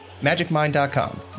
Magicmind.com